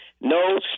No